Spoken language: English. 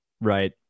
right